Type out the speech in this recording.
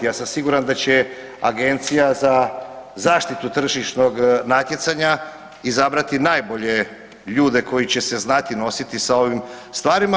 Ja sam siguran da će Agencija za zaštitu tržišnog natjecanja izabrati najbolje ljude koji će se znati nositi sa ovim stvarima.